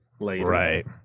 Right